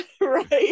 right